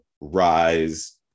Rise